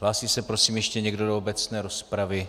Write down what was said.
Hlásí se prosím ještě někdo do obecné rozpravy?